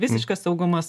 visiškas saugumas